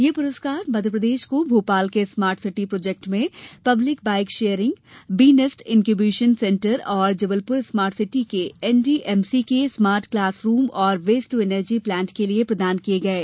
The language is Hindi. यह पुरस्कार मध्यप्रदेश को भोपाल के स्मार्ट सिटी प्रोजेक्ट में public bike sharing B nest incubation centre और जबलपुर स्मार्ट सिटी के एनडीएमसी के स्मार्ट क्लॉस रूम और वेस्ट टू एनर्जी प्लांट के लिये प्रदान किये गये